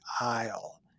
aisle